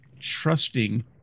trusting